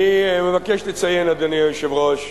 אני מבקש לציין, אדוני היושב-ראש,